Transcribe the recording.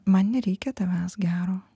man nereikia tavęs gero